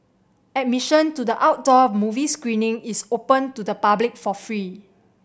admission to the outdoor movie screening is open to the public for free